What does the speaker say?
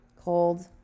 cold